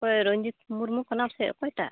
ᱚᱠᱚᱭ ᱨᱚᱧᱡᱤᱛ ᱢᱩᱨᱢᱩ ᱠᱟᱱᱟᱢ ᱥᱮ ᱚᱠᱚᱭᱴᱟᱜ